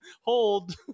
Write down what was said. hold